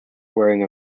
wearing